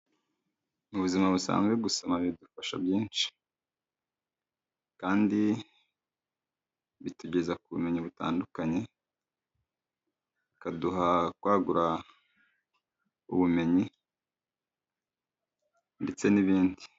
Mu buzima busanzwe gusoma bidufasha byinshi kandi bitugeza ku bumenyi butandukanye bikaduha kwagura ubumenyi ndetse n'ibindi.